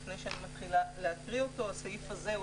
לפני שאני מתחילה להקריא אותו אומר שהסעיף הזה הוא